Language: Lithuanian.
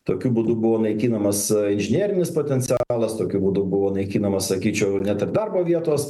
tokiu būdu buvo naikinamas inžinerinis potencialas tokiu būdu buvo naikinama sakyčiau net ir darbo vietos